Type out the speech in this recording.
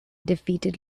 defeated